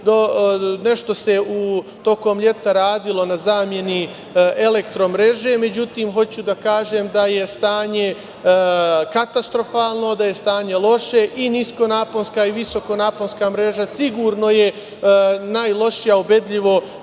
Nešto se tokom leta radilo na zameni elektromreže, međutim, hoću da kažem da je stanje katastrofalno, da je stanje loše, i niskonaponska i visokonaponska mreža sigurno je ubedljivo